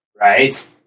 Right